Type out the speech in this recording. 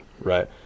right